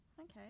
Okay